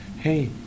hey